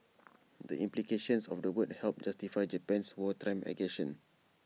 the implications of the word helped justify Japan's wartime aggression